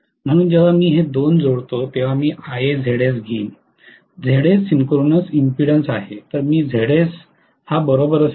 म्हणून जेव्हा मी हे दोन जोडतो तेव्हा मी IaZs घेईन Zs सिंक्रोनस इम्पीडन्स आहे